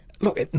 Look